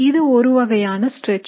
இது ஒருவகையான stretching